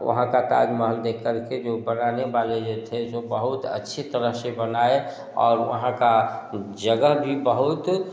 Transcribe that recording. वहाँ का ताजमहल देख कर के जो बनाने वाले थे तो बहुत अच्छी तरह से बनाएँ और वहाँ का जगह भी बहुत